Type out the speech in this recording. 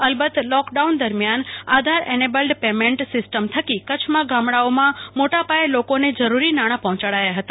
અલબત લોકડાઉન દરમ્યાન Aadhaar enabled payment system થકી કચ્છમાં ગામડાઓમાં મોટા પાયે લોકોને જરૂરી નાણા પર્હોચાડાયા હતા